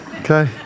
Okay